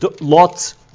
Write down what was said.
Lot's